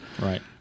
Right